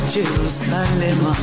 Jerusalem